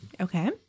Okay